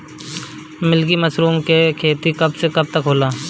Milky mushroom के खेती कब से कब तक होला?